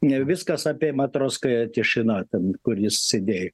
ne viskas apie matroską atešiną ten kur jis sėdėjo